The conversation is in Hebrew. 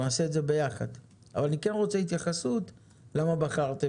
אנחנו נעשה את זה ביחד אז אני כן רוצה התייחסות למה בחרתם